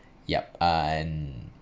yup uh and